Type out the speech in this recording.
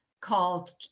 called